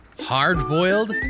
hard-boiled